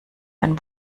ein